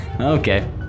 Okay